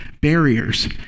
barriers